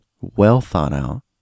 well-thought-out